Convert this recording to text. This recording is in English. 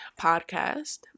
podcast